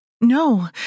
No